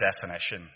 definition